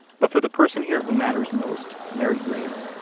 but for the person here who matters most, mary grace,